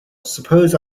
suppose